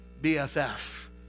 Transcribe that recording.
BFF